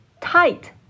tight